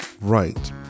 right